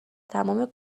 تمام